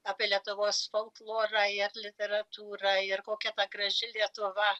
apie lietuvos folklorą ir literatūrą ir kokia ta graži lietuva